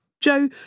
Joe